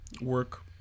Work